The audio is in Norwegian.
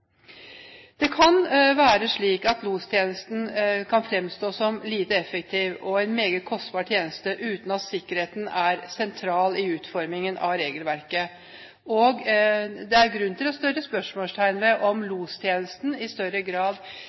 Det kan være slik at lostjenesten kan fremstå som en lite effektiv og meget kostbar tjeneste, uten at sikkerheten er sentral i utformingen av regelverket. Det er grunn til å sette spørsmålstegn ved om lostjenesten i 2011 i større grad